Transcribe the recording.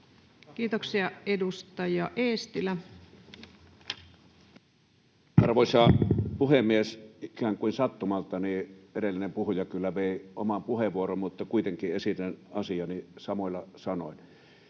Kiitoksia. — Edustaja Eestilä. Arvoisa puhemies! Ikään kuin sattumalta edellinen puhuja kyllä vei oman puheenvuoroni, mutta kuitenkin esitän asiani samoilla sanoin.